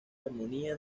armonía